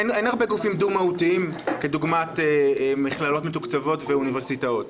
אין הרבה גופים דו-מהותיים כדוגמת מכללות מתוקצבות ואוניברסיטאות.